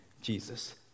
Jesus